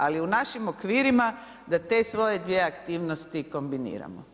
Ali, u našim okvirima, da te svoje dvije aktivnosti kombiniramo.